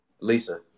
Lisa